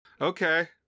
Okay